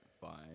fine